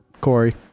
Corey